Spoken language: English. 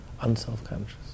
unselfconscious